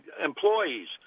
employees